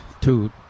two